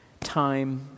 time